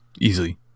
easily